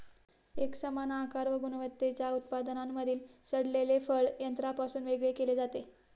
एकसमान आकार व गुणवत्तेच्या उत्पादनांमधील सडलेले फळ यंत्रापासून वेगळे केले जाते